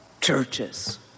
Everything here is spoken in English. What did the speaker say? churches